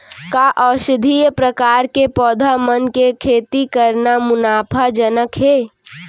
का औषधीय प्रकार के पौधा मन के खेती करना मुनाफाजनक हे?